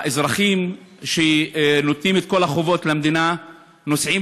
האזרחים שנותנים את כל החובות למדינה נוסעים